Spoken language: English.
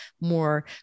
more